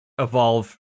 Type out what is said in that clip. Evolve